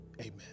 amen